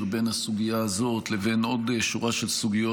בין הסוגיה הזאת לבין עוד שורה של סוגיות,